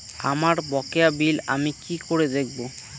আমার বকেয়া বিল আমি কি করে দেখব?